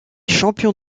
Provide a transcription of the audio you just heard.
champion